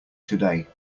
today